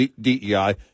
DEI